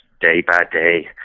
day-by-day